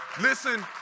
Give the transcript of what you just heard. Listen